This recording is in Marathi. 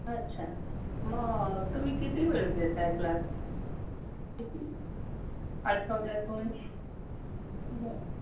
अच्छा मग तुम्ही किती वेळ घेत आहे क्लास आठवड्यातून बरं